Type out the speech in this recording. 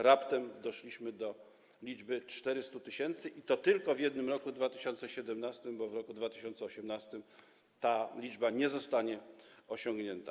Raptem doszliśmy do 400 tys. i to tylko w jednym roku, 2017 r., bo w roku 2018 ta liczba nie zostanie osiągnięta.